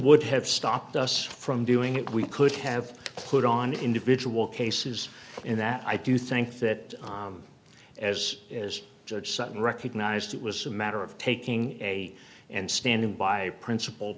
would have stopped us from doing it we could have put on individual cases in that i do think that as as judge sutton recognized it was a matter of taking a and standing by a principle